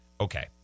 Okay